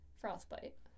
frostbite